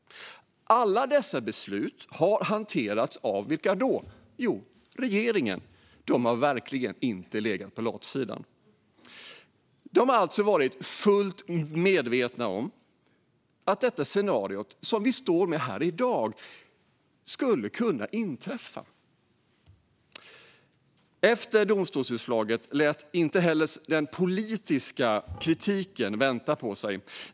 Alla dessa beslut har hanterats av vilka då? Jo, regeringen. Den har verkligen inte legat på latsidan. Den har alltså varit fullt medveten om att det scenario som vi står med här i dag skulle kunna inträffa. Efter domstolsutslaget lät inte heller den politiska kritiken vänta på sig.